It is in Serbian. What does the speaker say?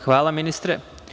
Hvala ministre.